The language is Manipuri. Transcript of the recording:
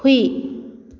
ꯍꯨꯏ